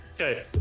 Okay